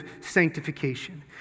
sanctification